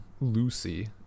lucy